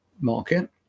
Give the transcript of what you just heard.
market